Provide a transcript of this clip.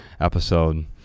episode